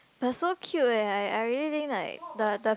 but so cute leh I I really think like the the